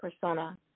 persona